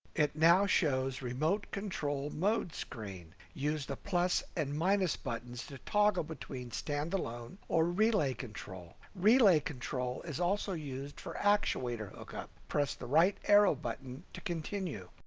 it now shows remote controlled mode screen. use the plus and minus buttons to toggle between stand alone or relay control. relay control is also used for actuator hook up. press the right arrow button to continue.